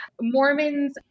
Mormons